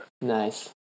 Nice